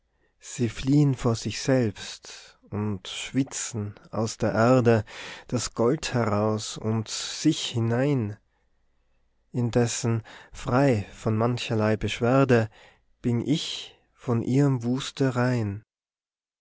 sie fliehen vor sich selbst und schwitzen aus der erde das gold heraus und sich hinein indessen frei von mancherlei beschwerde bin ich von ihrem